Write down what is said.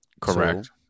Correct